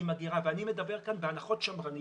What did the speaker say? עם אגירה, ואני מדבר כאן בהנחות שמרניות.